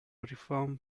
reform